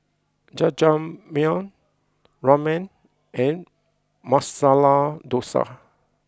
Jajangmyeon Ramen and Masala Dosa